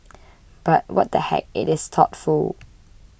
but what the heck it is thoughtful